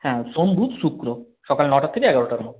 হ্যাঁ সোম বুধ শুক্র সকাল নটার থেকে এগারোটার মধ্যে